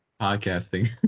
Podcasting